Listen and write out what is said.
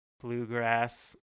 bluegrass